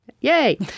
yay